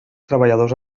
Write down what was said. treballadors